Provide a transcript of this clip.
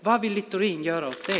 Vad vill Littorin göra åt det?